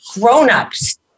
grown-ups